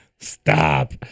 Stop